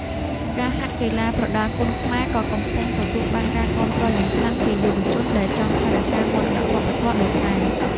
ការហាត់កីឡាប្រដាល់គុនខ្មែរក៏កំពុងទទួលបានការគាំទ្រយ៉ាងខ្លាំងពីយុវជនដែលចង់ថែរក្សាមរតកវប្បធម៌ដូនតា។